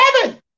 heaven